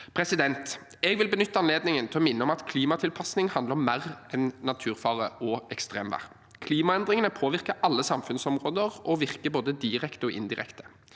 meldingene. Jeg vil benytte anledningen til å minne om at klimatilpasning handler om mer enn naturfare og ekstremvær. Klimaendringene påvirker alle samfunnsområder og virker både direkte og indirekte.